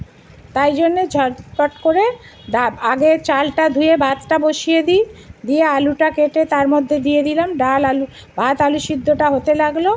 তাই জন্যে ঝটপট করে ডা আগে চালটা ধুয়ে ভাতটা বসিয়ে দিই দিয়ে আলুটা কেটে তার মধ্যে দিয়ে দিলাম ডাল আলু ভাত আলু সিদ্ধটা হতে লাগলো